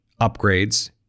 upgrades